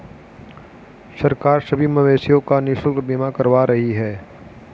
सरकार सभी मवेशियों का निशुल्क बीमा करवा रही है